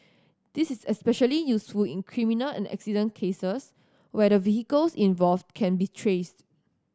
this is especially useful in criminal and accident cases where the vehicles involved can be traced